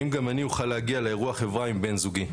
האם גם אני אוכל להגיע לאירוע חברה עם בן זוגי?